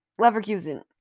Leverkusen